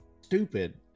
stupid